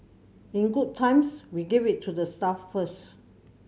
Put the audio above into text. in good times we give it to the staff first